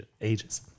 ages